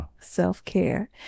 Self-care